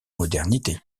modernité